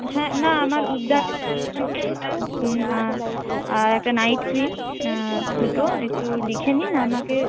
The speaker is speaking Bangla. হ্যাঁ না আমার উবটান একটা আ আর একটা নাইট ক্রিম দুটো একটু লিখে নিন আমাকে